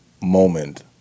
moment